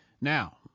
Now